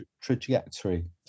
trajectory